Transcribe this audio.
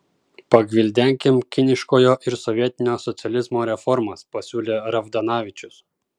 pagvildenkim kiniškojo ir sovietinio socializmo reformas pasiūlė ravdanavičius